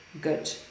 good